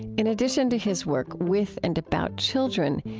in addition to his work with and about children,